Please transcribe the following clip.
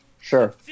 Sure